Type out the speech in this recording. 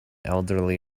elderly